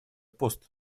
пост